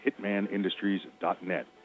hitmanindustries.net